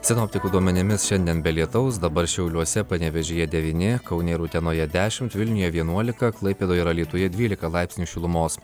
sinoptikų duomenimis šiandien be lietaus dabar šiauliuose panevėžyje devyni kaune ir utenoje dešimt vilniuje vienuolika klaipėdoje ir alytuje dvylika laipsnių šilumos